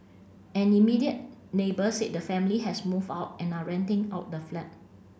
an immediate neighbour said the family has moved out and are renting out the flat